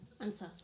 answer